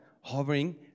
hovering